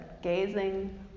gazing